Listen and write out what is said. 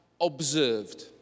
observed